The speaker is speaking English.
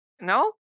No